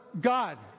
God